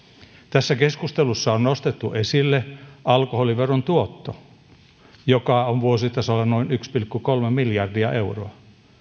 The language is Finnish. tässä keskustelussa on nostettu esille alkoholiveron tuotto joka on vuositasolla noin yksi pilkku kolme miljardia euroa